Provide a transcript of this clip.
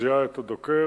זיהה את הדוקר,